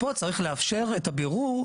ופה צריך לאפשר את הבירור,